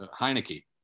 Heineke